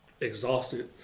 exhausted